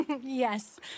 Yes